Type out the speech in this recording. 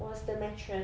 was the mattress